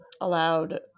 allowed